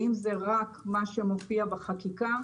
ואם זה רק מה שמופיע בחקיקה,